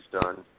done